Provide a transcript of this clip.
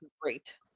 great